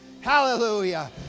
Hallelujah